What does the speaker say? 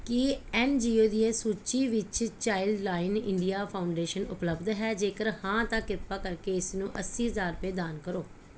ਕੀ N G O ਦੀਆਂ ਸੂਚੀ ਵਿੱਚ ਚਾਈਲਡ ਲਾਈਨ ਇੰਡੀਆ ਫੌਂਡੇਸ਼ਨ ਉਪਲੱਬਧ ਹੈ ਜੇਕਰ ਹਾਂ ਤਾਂ ਕਿਰਪਾ ਕਰਕੇ ਇਸ ਨੂੰ ਅੱਸੀ ਹਜ਼ਾਰ ਰੁਪਏ ਦਾਨ ਕਰੋ